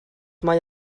mae